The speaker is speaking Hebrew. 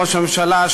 ראש הממשלה,